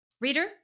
Reader